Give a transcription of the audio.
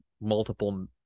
multiple